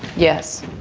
yes.